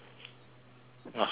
not supposed to sing